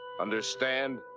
Understand